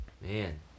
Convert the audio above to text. Man